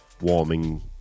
warming